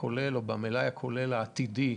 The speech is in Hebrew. במלאי הכולל העתידי,